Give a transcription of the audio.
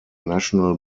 national